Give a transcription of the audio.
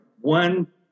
one